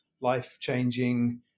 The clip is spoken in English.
life-changing